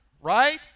right